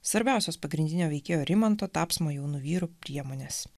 svarbiausios pagrindinio veikėjo rimanto tapsmo jaunu vyru priemonės